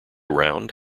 round